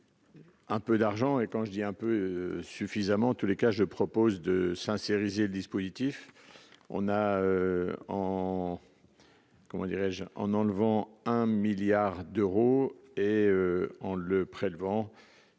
Un peu d'argent, et quand je dis un peu suffisamment en tous les cas, je propose de sincériser le dispositif, on a en, comment dirais-je, en enlevant un milliard d'euros, et en le prélevant